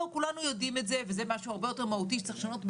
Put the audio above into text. כולנו יודעים את זה וזה משהו הרבה יותר מהותי שצריך לשנות בקפיטציה.